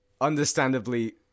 understandably